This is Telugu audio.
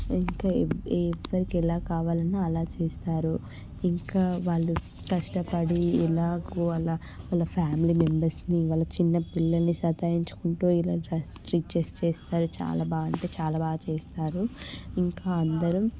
ఇంకా ఎవరికీ ఎలా కావాలన్నా అలా చేస్తారు ఇంకా వాళ్ళు కష్టపడి ఎలాగో అలా వాళ్ళ ఫ్యామిలీ మెంబర్స్ని వాళ్ళ చిన్న పిల్లల్ని సతాయించుకుంటూ ఇలా డ్రెస్ స్టిచెస్ చేస్తారు చాలా బాగా అంటే చాలా బాగా చేస్తారు ఇంకా అందరు